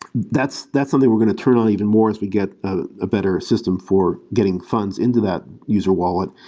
that's that's something we're going to turn on even more as we get a better system for getting funds into that user wallet.